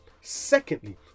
Secondly